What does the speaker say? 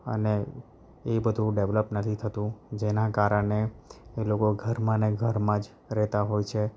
અને એ બધું ડેવલપ નથી થતું જેના કારણે એ લોકો ઘરમાં ને ઘરમાં જ રહેતા હોય છે